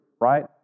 right